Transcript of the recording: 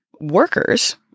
workers